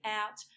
out –